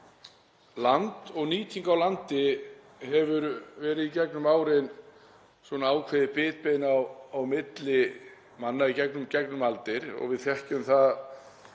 Land og nýting á landi hefur verið í gegnum árin ákveðið bitbein á milli manna í gegnum aldir og við þekkjum það